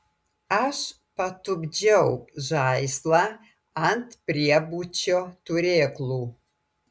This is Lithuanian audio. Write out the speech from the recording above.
aš patupdžiau žaislą ant priebučio turėklų